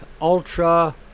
ultra